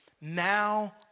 now